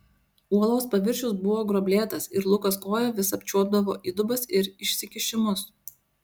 uolos paviršius buvo gruoblėtas ir lukas koja vis apčiuopdavo įdubas ir išsikišimus